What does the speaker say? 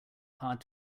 hard